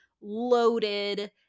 loaded